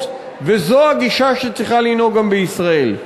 וזו הגישה שצריכה לנהוג גם בישראל.